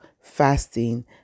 fasting